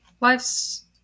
Life's